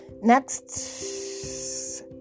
Next